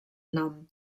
nom